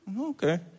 Okay